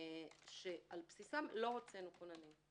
שעל בסיסן לא הוצאנו כוננים.